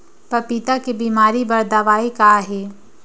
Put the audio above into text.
पपीता के बीमारी बर दवाई का हे?